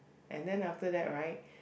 and then after that right